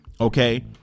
Okay